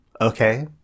Okay